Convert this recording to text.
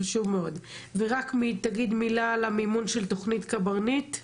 מה עם מימון תוכנית קברניט.